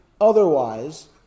otherwise